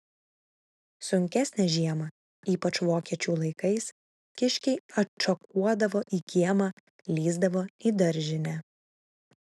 sunkesnę žiemą ypač vokiečių laikais kiškiai atšokuodavo į kiemą lįsdavo į daržinę